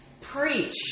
preach